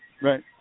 right